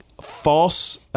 false